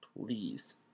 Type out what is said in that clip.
please